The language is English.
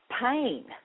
pain